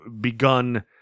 begun